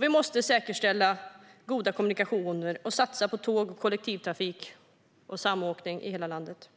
Vi måste säkerställa goda kommunikationer och satsa på tåg, kollektivtrafik och samåkning i hela landet.